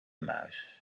muis